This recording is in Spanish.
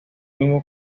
mismo